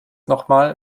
nochmal